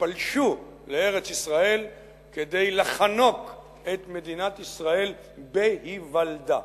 שפלשו לארץ-ישראל כדי לחנוק את מדינת ישראל בהיוולדה.